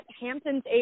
Hampton's